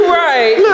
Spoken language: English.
right